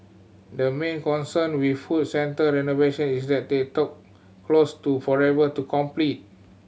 the main concern with food center renovation is that they talk close to forever to complete